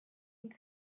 and